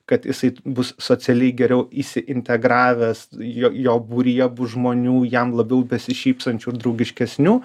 kad isai bus socialiai geriau įsiintegravęs jo jo būryje bus žmonių jam labiau besišypsančių draugiškesnių